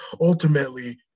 ultimately